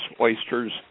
oysters